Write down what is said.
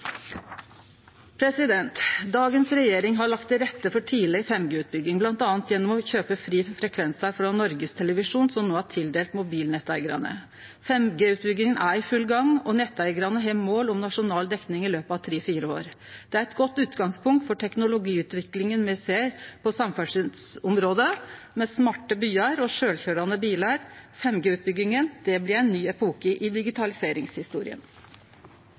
Dagens regjering har lagt til rette for tidleg 5G-utbygging, bl.a. gjennom å kjøpe fri frekvensar frå Norges televisjon, som no er tildelt mobilnetteigarane. 5G-utbygginga er i full gang, og netteigarane har mål om nasjonal dekning i løpet av tre–fire år. Det er eit godt utgangspunkt for teknologiutviklinga me ser på samferdselsområdet med smarte byar og sjølvkøyrande bilar. 5G-utbygginga blir ein ny epoke i